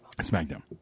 Smackdown